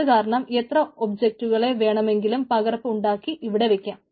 അതുകാരണം എത്ര ഒബ്ജക്റ്റുകളെ വേണമെങ്കിലും പകർപ്പ് ഉണ്ടാക്കി ഇവിടെ വയ്ക്കാം